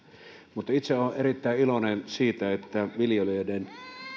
itse olen erittäin iloinen siitä että viljelijöiden